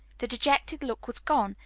the dejected look was gone,